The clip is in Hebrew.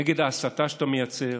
נגד ההסתה שאתה מייצר,